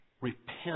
Repent